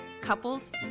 couples